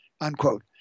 unquote